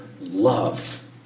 love